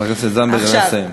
חברת הכנסת זנדברג, נא לסיים.